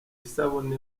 isabune